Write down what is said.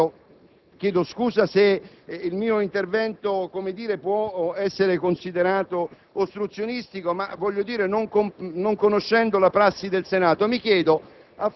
un potere discrezionale di aumento del tempo a disposizione del parlamentare per effettuare il suo intervento, ma non di restrizione del tempo stesso.